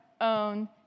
own